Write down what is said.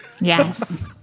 Yes